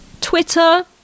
Twitter